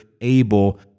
able